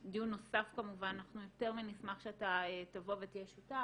אנחנו יותר מנשמח שאתה תבוא ותהיה שותף,